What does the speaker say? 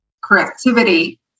creativity